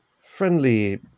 friendly